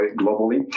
globally